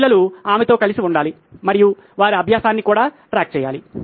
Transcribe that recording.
పిల్లలు ఆమెతో కలసి ఉండాలి మరియు వారి అభ్యాస track ట్రాక్కూడా గమనించాలి